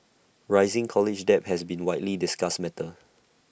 rising college debt has been widely discussed matter